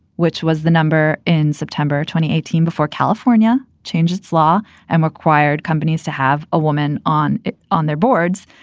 which was the number in september. twenty eighteen before california changed its law and required companies to have a woman on it on their boards.